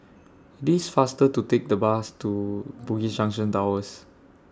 IT IS faster to Take The Bus to Bugis Junction Towers